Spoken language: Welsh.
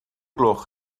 gloch